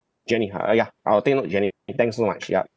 jenny ha uh ya I'll take note jenny thanks so much ya